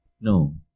No